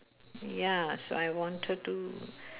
ya so I wanted to